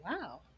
Wow